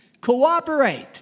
Cooperate